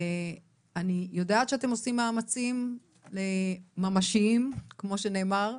אני יודעת שאתם עושים מאמצים ממשיים, כמו שנאמר,